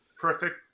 Perfect